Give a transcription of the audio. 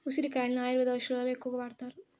ఉసిరి కాయలను ఆయుర్వేద ఔషదాలలో ఎక్కువగా వాడతారు